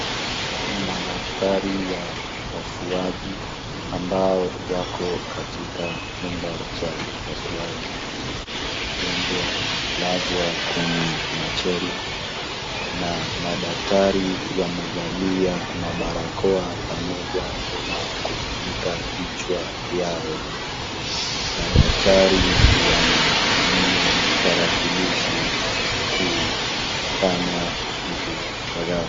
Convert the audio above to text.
Madaktari wa upasuaji ambao wako katika chumba cha upasuaji , mgonjwa amelazwa kwenye machela na madaktari wamevalia mabarakoa pamoja na kufunika vichwa vyao, madaktari wanatumia tarakilishi kufanya vitu kadhaa.